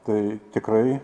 tai tikrai